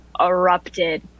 erupted